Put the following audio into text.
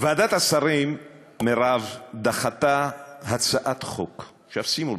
שמוכנים לתת את נפשם בכדי שאנחנו נטהר את האווירה הזאת.